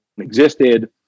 existed